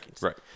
Right